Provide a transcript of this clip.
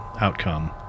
outcome